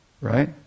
right